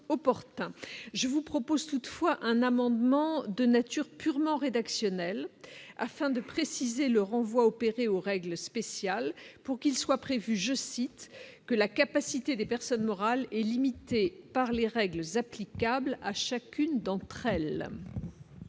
je vous propose toutefois un amendement de nature purement rédactionnel, afin de préciser le renvoi opéré aux règles spéciales pour qu'il soit prévu, je cite, que la capacité des personnes morales est limitée par les règles applicables à chacune d'entre elles.